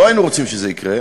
לא היינו רוצים שזה יקרה,